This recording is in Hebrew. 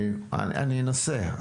אני אנסה,